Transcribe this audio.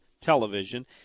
Television